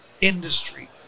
industry